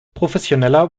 professioneller